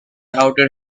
outed